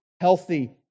healthy